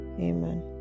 Amen